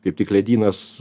kaip tik ledynas